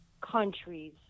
countries